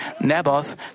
Naboth